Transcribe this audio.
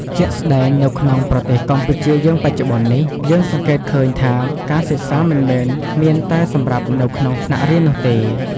ជាក់ស្តែងនៅក្នុងប្រទេសកម្ពុជាយើងបច្ចុប្បន្ននេះ យើងសង្កេតឃើញថាការសិក្សាមិនមែនមានតែសម្រាប់នៅក្នុងថ្នាក់រៀននោះទេ។